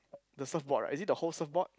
the surfboard right is it the whole surfboard